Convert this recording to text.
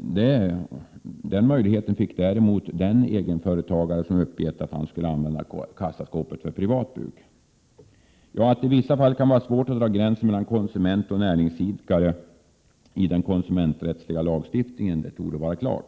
Den möjligheten hade däremot den 17 egenföretagare som hade uppgett att han skulle använda kassaskåpet privat. Att det i vissa fall kan vara svårt att dra en gräns mellan konsument och näringsidkare i den konsumenträttsliga lagstiftningen torde vara klart.